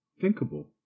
thinkable